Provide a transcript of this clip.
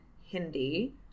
Hindi